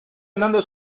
andando